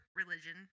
religion